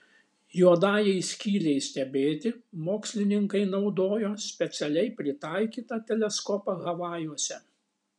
juodajai skylei stebėti mokslininkai naudojo specialiai pritaikytą teleskopą havajuose